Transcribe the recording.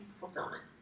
fulfillment